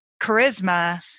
charisma